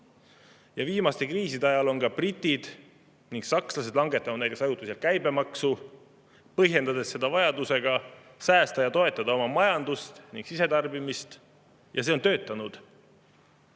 Viimaste kriiside ajal on ka britid ja sakslased langetanud näiteks ajutiselt käibemaksu, põhjendades seda vajadusega säästa ja toetada oma majandust ning sisetarbimist, ja see on töötanud.